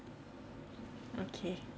okay